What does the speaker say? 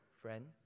friend